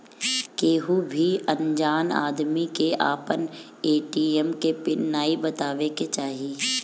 केहू भी अनजान आदमी के आपन ए.टी.एम के पिन नाइ बतावे के चाही